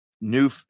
new